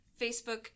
Facebook